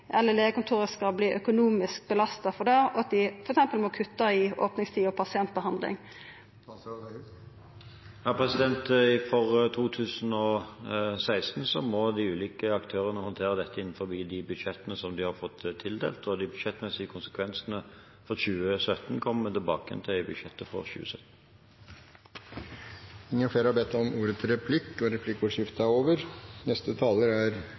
økonomisk belasta for det, og utan at dei f.eks. må kutta i opningstida og pasientbehandlinga? For 2016 må de ulike aktørene håndtere dette innenfor de budsjettene de har fått tildelt, og de budsjettmessige konsekvensene for 2017 kommer vi tilbake til i budsjettet for 2017. Replikkordskiftet er omme. Grunnen til at jeg tar ordet i denne saken, er at Posten ligger under transportkomiteen. Jeg har bare lyst til å orientere statsråden – og